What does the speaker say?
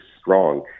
strong